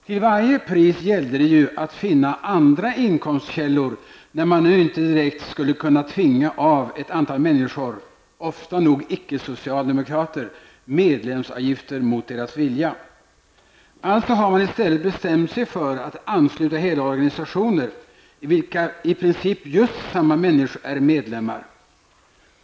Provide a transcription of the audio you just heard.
Till varje pris gällde det ju att finna andra inkomstkällor, när man nu inte direkt skulle kunna tvinga av ett antal människor, ofta nog icke socialdemokrater, medlemsavgifter mot deras vilja. Alltså har man i stället bestämt sig för att ansluta hela organisationer, i vilka i princip just samma människor är medlemmar.